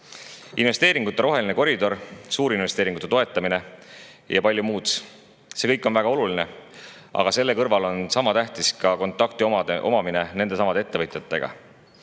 Investeeringute roheline koridor, suurinvesteeringute toetamine ja palju muud – see kõik on väga oluline. Aga selle kõrval on sama tähtis ka kontakti omamine nendesamade ettevõtjatega.